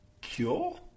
cure